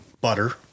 butter